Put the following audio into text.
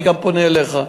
אני גם פונה אליך.